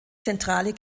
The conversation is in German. zentrale